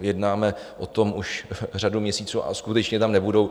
Jednáme o tom už řadu měsíců a skutečně tam nebudou.